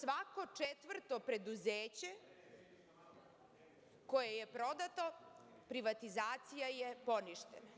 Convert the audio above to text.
Svako četvrto preduzeće koje je prodato, privatizacija je poništena,